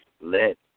let